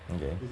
okay